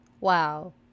wow